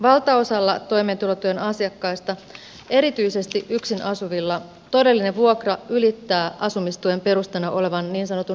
valtaosalla toimeentulotuen asiakkaista erityisesti yksin asuvilla todellinen vuokra ylittää asumistuen perusteena olevan niin sanotun normivuokran